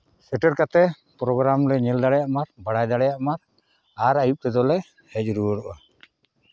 ᱥᱮᱴᱮᱨ ᱠᱟᱛᱮᱫ ᱯᱨᱳᱜᱨᱟᱢ ᱞᱮ ᱧᱮᱞ ᱫᱟᱲᱮᱭᱟᱜ ᱢᱟ ᱵᱟᱲᱟᱭ ᱫᱟᱲᱮᱭᱟᱜ ᱢᱟ ᱟᱨ ᱟᱭᱩᱵ ᱛᱮᱫᱚ ᱞᱮ ᱦᱮᱡ ᱨᱩᱣᱟᱹᱲᱚᱜᱼᱟ